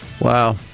Wow